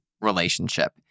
relationship